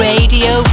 Radio